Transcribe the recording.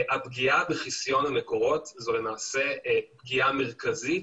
הפגיעה בחיסיון המקורות היא למעשה פגיעה מרכזית